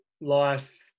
life